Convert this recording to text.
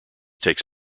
takes